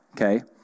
Okay